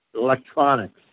electronics